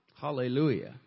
Hallelujah